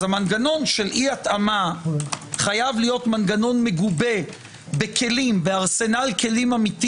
המנגנון של אי התאמה חייב להיות מגובה בארסנל כלים אמיתי